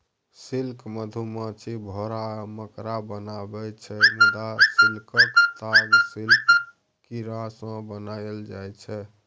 silk मधुमाछी, भौरा आ मकड़ा बनाबै छै मुदा सिल्कक ताग सिल्क कीरासँ बनाएल जाइ छै